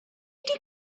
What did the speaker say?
wedi